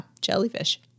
jellyfish